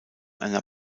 einer